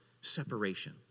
separation